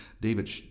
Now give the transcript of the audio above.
David